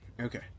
okay